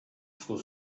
ficou